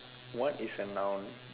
what is a noun